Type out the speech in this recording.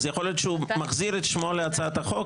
אז יכול להיות שהוא מחזיר את שמו להצעת החוק?